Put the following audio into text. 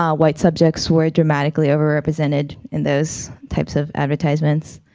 um white subjects were dramatically over represented in those types of advertisements.